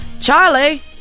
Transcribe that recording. Charlie